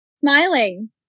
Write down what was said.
smiling